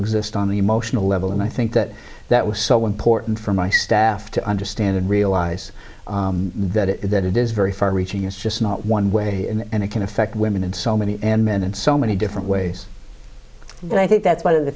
exist on the emotional level and i think that that was so important for my staff to understand and realize that it is that it is very far reaching it's just not one way and it can affect women in so many men in so many different ways and i think that's one of the